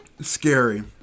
scary